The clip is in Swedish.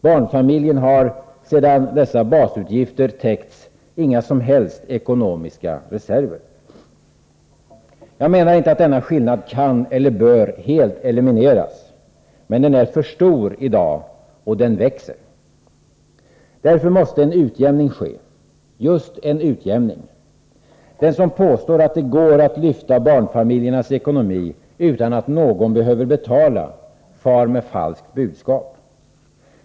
Barnfamiljen har sedan dessa basutgifter täckts inga som helst ekonomiska reserver. Jag menar inte att denna skillnad kan eller bör helt elimineras. Men den är för stor i dag — och den växer. Därför måste en utjämning ske — just en utjämning. Den som påstår att det går att lyfta barnfamiljernas ekonomi utan att någon behöver betala far med falskt budskap.